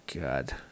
God